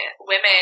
women